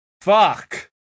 Fuck